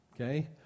okay